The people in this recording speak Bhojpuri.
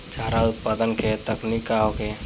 चारा उत्पादन के तकनीक का होखे?